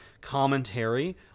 commentary